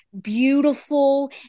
beautiful